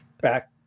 back